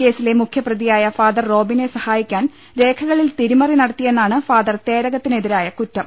കേസിലെ മുഖ്യപ്രതിയായ ഫാദർ റോബിനെ സഹായിക്കാൻ രേഖകളിൽ തിരിമറി നടത്തിയെന്നാണ് ഫാദർ തേരകത്തിന് എതിരായ കുറ്റം